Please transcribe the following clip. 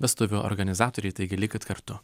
vestuvių organizatoriai taigi likit kartu